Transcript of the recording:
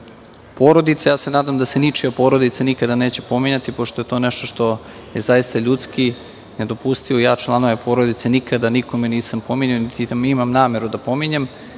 porodice, ja se nadam da se ničija porodica nikada neće pominjati, pošto je to nešto što je zaista ljudski nedopustivo. Ja članove porodice nikada nikome nisam pominjao, niti imam nameru da pominjem.